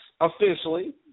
officially